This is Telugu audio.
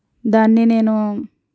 దాన్ని నేను